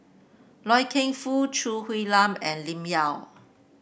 Loy Keng Foo Choo Hwee Lam and Lim Yau